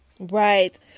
Right